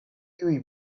tiuj